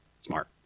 smart